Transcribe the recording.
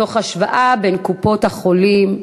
תוך השוואה בין קופות-החולים,